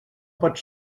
pot